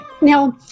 Now